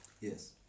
Yes